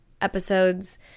episodes